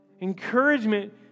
Encouragement